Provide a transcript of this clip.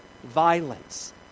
violence